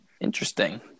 Interesting